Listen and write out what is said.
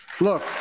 Look